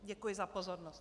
Děkuji za pozornost.